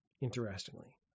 interestingly